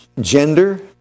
gender